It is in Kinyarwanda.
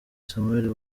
samuel